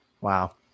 Wow